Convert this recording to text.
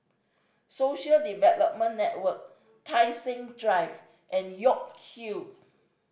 Social Development Network Tai Seng Drive and York Hill